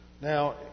now